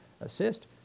assist